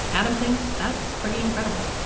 adam thinks that's pretty incredible.